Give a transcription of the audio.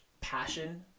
passion